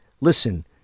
Listen